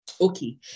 Okay